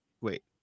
wait